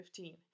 2015